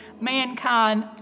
mankind